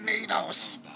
needles